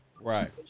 Right